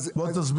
תסביר לי.